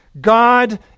God